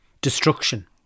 destruction